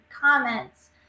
comments